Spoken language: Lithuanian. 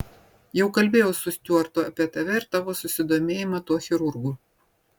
jau kalbėjau su stiuartu apie tave ir tavo susidomėjimą tuo chirurgu